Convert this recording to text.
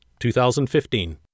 2015